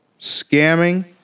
scamming